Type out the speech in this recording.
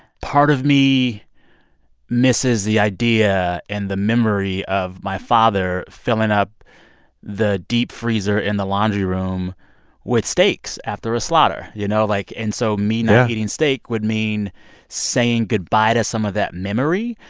part of me misses the idea and the memory of my father filling up the deep freezer in the laundry room with steaks after a slaughter, you know? like, and so me not eating steak would mean saying goodbye to some of that memory.